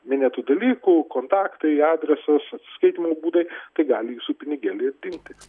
minėtų dalykų kontaktai adresas atsiskaitymo būdai tai gali jūsų pinigėliai ir dingti